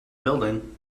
building